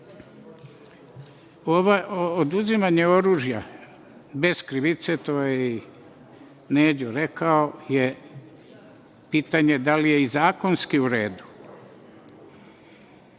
dvorišta. Oduzimanje oružja bez krivice, to je i Neđo rekao, je pitanje da li je i zakonski u